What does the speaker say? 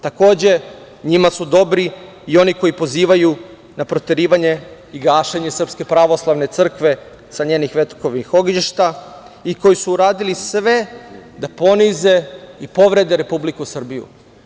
Takođe, njima su dobri i oni koji pozivaju na proterivanje i gašenje Srpske pravoslavne crkve sa njenih ognjišta i koji su uradili sve da ponize i povrede Republiku Srbiju.